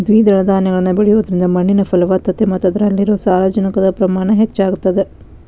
ದ್ವಿದಳ ಧಾನ್ಯಗಳನ್ನ ಬೆಳಿಯೋದ್ರಿಂದ ಮಣ್ಣಿನ ಫಲವತ್ತತೆ ಮತ್ತ ಅದ್ರಲ್ಲಿರೋ ಸಾರಜನಕದ ಪ್ರಮಾಣ ಹೆಚ್ಚಾಗತದ